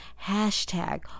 hashtag